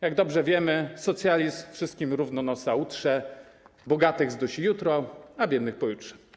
Jak dobrze wiemy, socjalizm wszystkim równo nosa utrze, bogatych zdusi jutro, a biednych pojutrze.